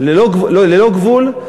ללא גבול.